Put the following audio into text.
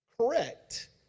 correct